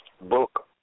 Book